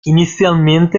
inizialmente